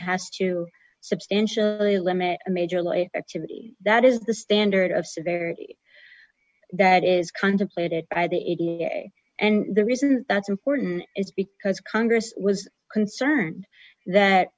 has to substantially limit majorly activity that is the standard of severity that is contemplated by the way and the reason that's important is because congress was concerned that